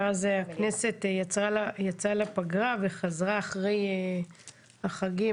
ואז הכנסת יצאה לפגרה וחזרה אחרי החגים,